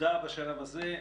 תודה בשלב הזה.